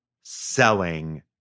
selling